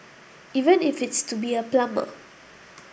even if it's to be a plumber